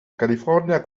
california